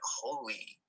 holy